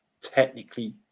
technically